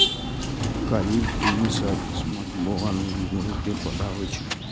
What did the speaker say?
करीब तीन सय किस्मक बोगनवेलिया के पौधा होइ छै